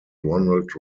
ronald